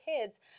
kids